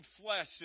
flesh